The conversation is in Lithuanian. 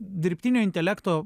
dirbtinio intelekto